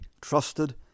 trusted